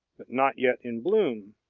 but not yet in bloom.